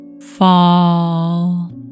fall